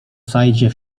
saidzie